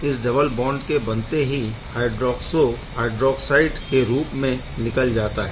इस double bond के बनते ही हय्ड्रोऑक्सो हय्ड्रोऑक्साइड HO के रूप में निकाल जाता है